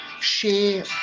share